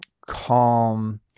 calm